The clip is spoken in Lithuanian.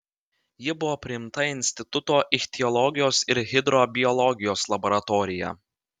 ji buvo priimta į instituto ichtiologijos ir hidrobiologijos laboratoriją